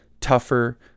tougher